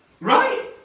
Right